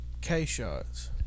K-shots